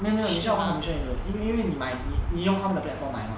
没有没有你需要还 commission 因为因为你买你用他们的 platform 买吗